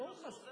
רשות הדיבור